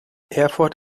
erfurt